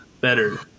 better